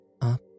Up